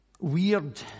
weird